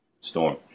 Storm